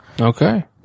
Okay